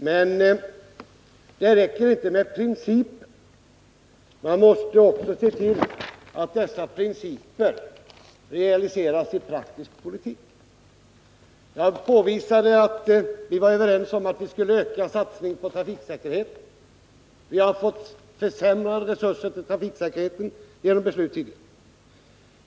Men det räcker inte med principer — man måste också se till att dessa omsätts i praktisk politik. Jag påvisade att vi var överens om att öka satsningen på trafiksäkerheten — men det har blivit försämrade resurser för den genom de beslut som träffats.